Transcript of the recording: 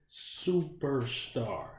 superstar